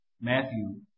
Matthew